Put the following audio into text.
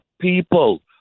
people